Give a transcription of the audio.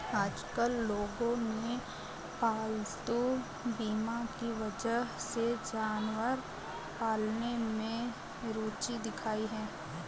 आजकल लोगों ने पालतू बीमा की वजह से जानवर पालने में रूचि दिखाई है